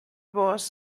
was